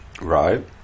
Right